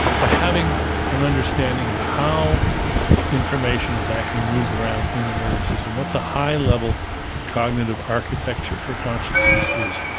to having an understanding of how information is actually moved around in the nervous system what the high level cognitive architecture for consciousness is.